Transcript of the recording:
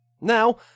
Now